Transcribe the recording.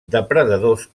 depredadors